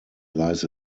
lies